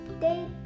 Day